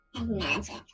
Magic